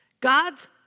God's